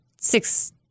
six